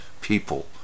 people